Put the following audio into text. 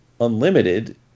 Unlimited